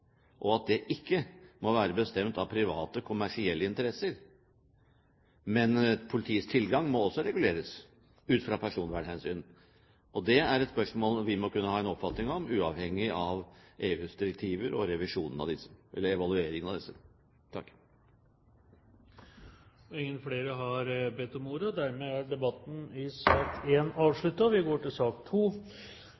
og at det ikke må være bestemt ut fra private kommersielle interesser. Men politiets tilgang må også reguleres, ut fra personvernhensyn. Det er et spørsmål vi må kunne ha en oppfatning om, uavhengig av EUs direktiver og evalueringen av disse. Flere har ikke bedt om ordet